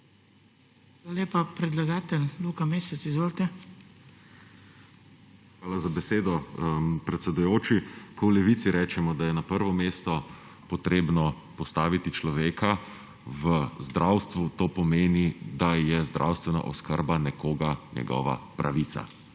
Hvala za besedo, predsedujoči. Ko v Levici rečemo, da je na prvo mesto treba postaviti človeka v zdravstvu, to pomeni, da je zdravstvena oskrba nekoga njegova pravica